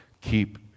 Keep